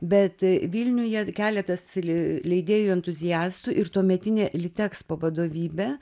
bet vilniuje keletas leidėjų entuziastų ir tuometinė litexpo vadovybė